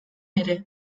ere